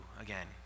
again